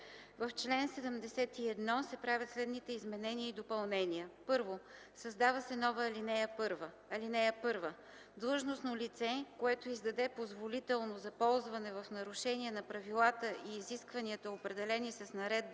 В чл. 71 се правят следните изменения и допълнения: 1. Създава се нова ал. 1: „(1) Длъжностно лице, което издаде позволително за ползване в нарушение на правилата и изискванията, определени с наредбата